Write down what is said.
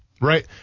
Right